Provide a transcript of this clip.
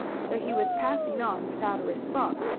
so he was passing on without a response,